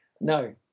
no